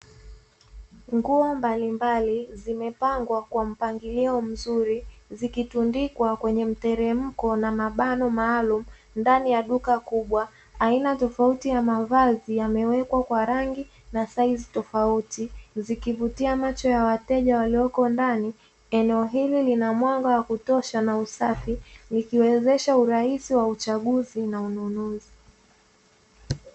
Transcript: Nguo mbalimbali zimepangwa kwa mpangilio mzuri zikitundikwa kwenye mteremko na mabalo maalumu ndani ya duka kubwa aina ya tofauti ya mavazi yamewekwa kwa rangi na saizi tofauti zikivutia macho ya wateja walioko ndani eneo hili lina mwanga wakutosha na usafi likiwezesha urahisi wa uchaguzi na ununuzi.